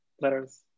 letters